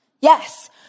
Yes